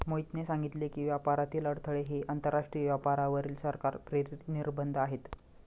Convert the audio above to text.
मोहितने सांगितले की, व्यापारातील अडथळे हे आंतरराष्ट्रीय व्यापारावरील सरकार प्रेरित निर्बंध आहेत